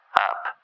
up